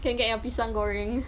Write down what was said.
can get your pisang goreng